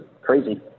crazy